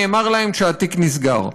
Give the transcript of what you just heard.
נאמר להם שהתיק נסגר.